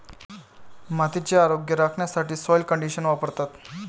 मातीचे आरोग्य राखण्यासाठी सॉइल कंडिशनर वापरतात